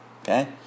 Okay